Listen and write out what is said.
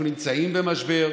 אנחנו נמצאים במשבר,